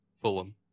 Fulham